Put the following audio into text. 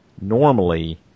normally